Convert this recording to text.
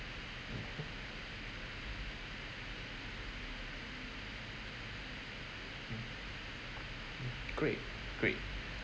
great great